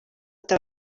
ati